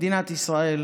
מדינת ישראל